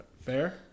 Fair